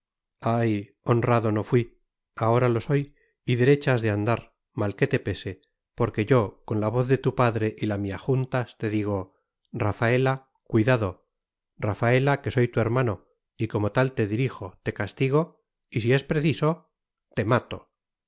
ay honrado no fui ahora lo soy y derecha has de andar mal que te pese porque yo con la voz de tu padre y la mía juntas te digo rafaela cuidado rafaela que soy tu hermano y como tal te dirijo te castigo y si es preciso te mato